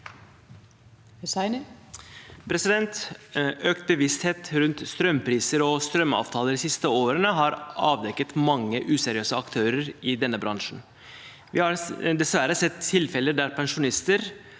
Økt bevissthet rundt strømpriser og strømavtaler de siste årene har avdekket mange useriøse aktører i denne bransjen. Vi har dessverre sett tilfeller der pensjonister